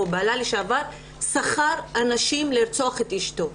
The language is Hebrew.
בעלה לשעבר שכר אנשים לרצוח את אשתו,